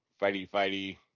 fighty-fighty